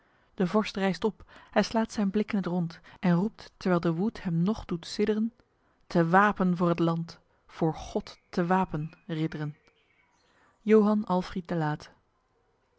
de vorst ryst op hy slaet zyn blik in t rond en roept terwyl de woed hem nog doet siddren te wapen voor het land voor god te wapen riddren ja delaet